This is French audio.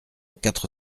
quatre